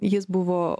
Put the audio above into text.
jis buvo